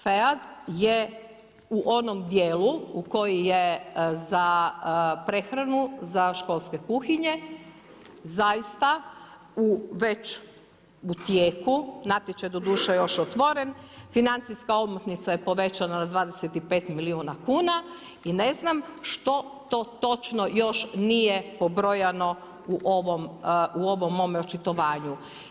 FEAD je u onom dijelu u koji je za prehranu, za školske kuhinje, zaista već u tijeku, natječaj je doduše još otvoren, financijska omotnica je povećana na 25 milijuna kuna i ne znam što to točno još nije pobrojano u ovom mom očitovanju.